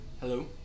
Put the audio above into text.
Hello